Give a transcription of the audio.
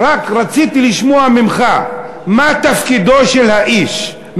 רק רציתי לשמוע ממך מה תפקידו של האיש,